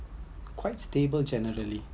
quite stable generally